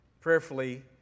Prayerfully